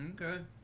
Okay